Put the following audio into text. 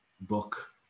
book